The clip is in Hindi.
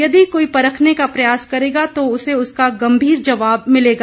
यदि कोई परखने का प्रयास करेगा तो उसे उसका गंभीर जवाब मिलेगा